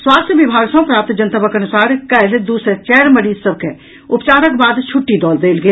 स्वास्थ्य विभाग सँ प्राप्त जनतबक अनुसार काल्हि दू सय चारि मरीज सभ के उपचारक बाद छुट्टी दऽ देल गेल